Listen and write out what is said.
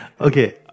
Okay